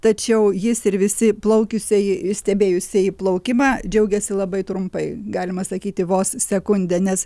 tačiau jis ir visi plaukusieji ir stebėjusieji plaukimą džiaugėsi labai trumpai galima sakyti vos sekundę nes